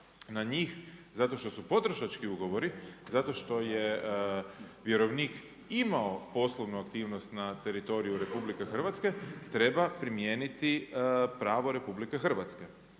na njih zato što su potrošački ugovori, zato što je vjerovnik imao poslovnu aktivnost na teritoriju RH treba primijeniti pravo RH.